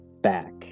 back